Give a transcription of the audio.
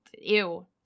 ew